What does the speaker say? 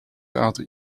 aten